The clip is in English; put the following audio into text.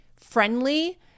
friendly